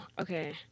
okay